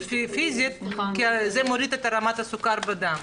פיזית כי זה מוריד את רמת הסוכר בדם.